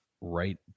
right